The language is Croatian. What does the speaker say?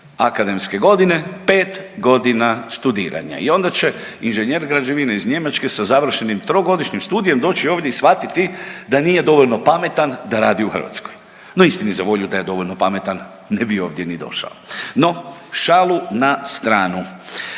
akademske godine, 5 godina studiranja. I onda će inženjer građevine iz Njemačke sa završenim trogodišnjim studijem doći ovdje i shvatiti da nije dovoljno pametan da radi u Hrvatskoj. No, isti za volju da je dovoljno pametan ne bi ovdje ni došao. No, šalu na stranu.